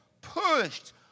pushed